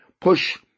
push